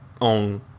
own